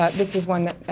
ah this is one that,